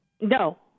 No